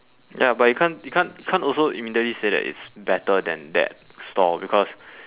ya but you can't you can't can't also immediately say that it's better than that stall because